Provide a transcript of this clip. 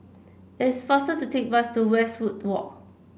it's faster to take the bus to Westwood Walk